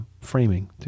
framing